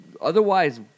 otherwise